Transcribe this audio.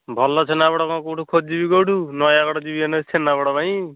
ଭଲ ଛେନାପୋଡ଼ କ'ଣ କେଉଁଠୁ ଖୋଜିବି କେଉଁଠୁ ନୟାଗଡ଼ ଯିବି ଏଇନା ଛେନପୋଡ଼ ପାଇଁ